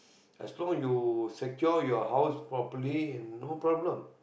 as long you secure your house properly no problem